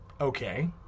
Okay